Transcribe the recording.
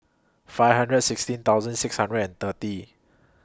five hundred and sixteen thousand six hundred and thirty